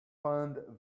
find